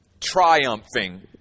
triumphing